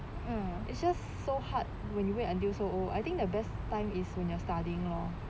it's just so hard when you wait until so I think the best time is when you're studying lor